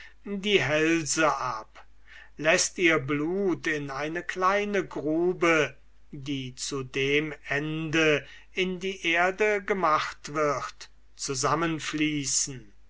die hälse ab läßt ihr blut in eine kleine grube die zu dem ende in die erde gemacht wird zusammenfließen